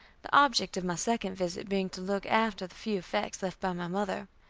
the object of my second visit being to look after the few effects left by my mother.